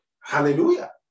Hallelujah